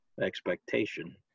expectation